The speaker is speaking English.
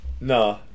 nah